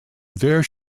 there